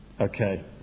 Okay